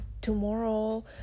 tomorrow